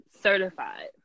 certified